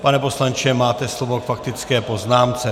Pane poslanče, máte slovo k faktické poznámce.